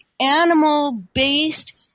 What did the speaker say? animal-based